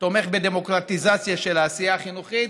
תומך בדמוקרטיזציה של העשייה החינוכית,